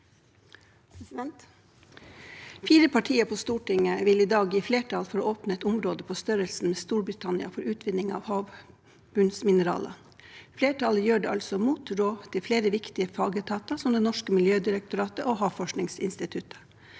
Fire partier på Stortin- get vil i dag gi flertall for å åpne et område på størrelse med Storbritannia for utvinning av havbunnsmineraler. Flertallet gjør det mot rådet til flere viktige fagetater, som Miljødirektoratet og Havforskningsinstituttet.